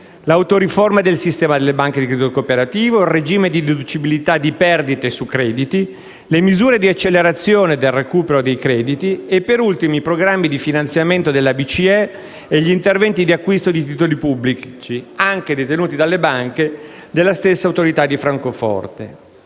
l'autoriforma del sistema delle banche di credito cooperativo, il regime di deducibilità di perdite su crediti, le misure di accelerazione del recupero dei crediti e, per ultimo, i programmi di finanziamento della BCE e gli interventi di acquisto di titoli pubblici, anche detenuti da banche, della stessa autorità di Francoforte.